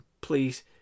please